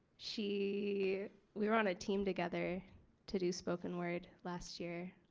she we were on a team together to do spoken word last year.